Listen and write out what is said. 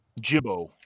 Jibbo